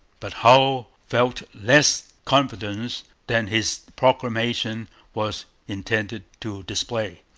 but hull felt less confidence than his proclamation was intended to display.